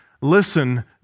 listen